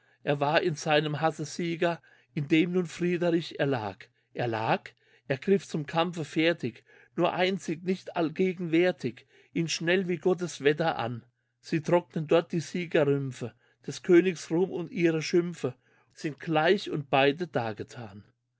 er war in seinem hasse sieger indem nun friedrich erlag erlag er griff zum kampfe fertig nur einzig nicht allgegenwärtig ihn schnell wie gottes wetter an des königs ruhm und ihre schimpfe sind gleich und beide dargethan